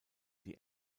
die